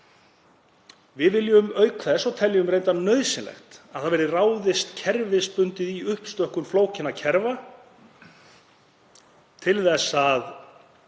Við viljum auk þess, og teljum reyndar nauðsynlegt, að ráðist verði kerfisbundið í uppstokkun flókinna kerfa til þess að